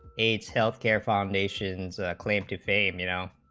aids healthcare foundation said claim to fame you know